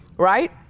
Right